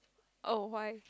oh why